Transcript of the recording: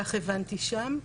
כך הבנתי שם.